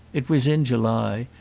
it was in july,